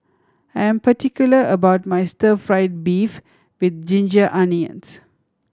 I am particular about my stir fried beef with ginger onions